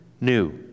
new